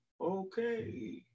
Okay